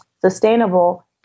sustainable